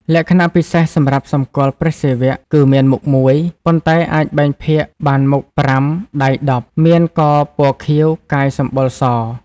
លក្ខណៈពិសេសសម្រាប់សម្គាល់ព្រះសិវៈគឺ មានមុខមួយ ប៉ុន្តែអាចបែងភាគបានមុខ ៥ ដៃ ១០ មានកពណ៌ខៀវ កាយសម្បុរ ស។។